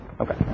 Okay